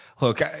look